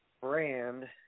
brand